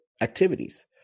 activities